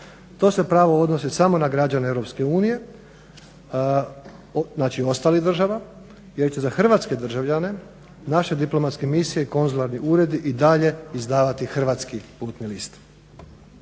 To se pravo odnosi samo na građane Europske unije, znači ostalih država, jer će za hrvatske državljane, naše diplomatske misije i konzularni uredi i dalje izdavati hrvatski putni list.